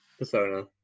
Persona